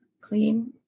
clean